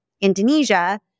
Indonesia